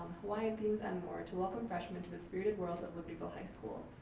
hawaiian themes and more to welcome freshmen to the spirited world of libertyville high school.